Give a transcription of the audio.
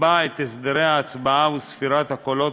יקבע את הסדרי ההצבעה וספירת הקולות